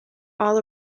all